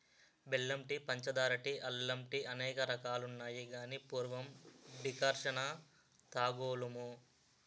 బెల్లం టీ పంచదార టీ అల్లం టీఅనేక రకాలున్నాయి గాని పూర్వం డికర్షణ తాగోలుము